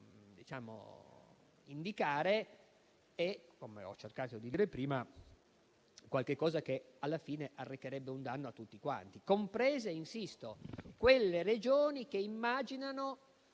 indicare è - come ho cercato di dire prima - qualche cosa che alla fine arrecherebbe un danno a tutti, comprese - e insisto - le Regioni che immaginano